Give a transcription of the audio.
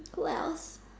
who else